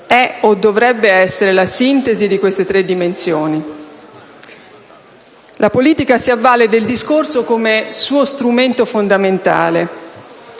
è o dovrebbe essere la sintesi di queste tre dimensioni. La politica si avvale del discorso come suo strumento fondamentale,